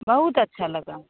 बहुत अच्छा लगा